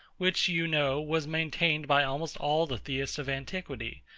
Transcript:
which, you know, was maintained by almost all the theists of antiquity,